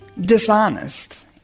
dishonest